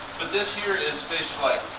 but this here is fish like.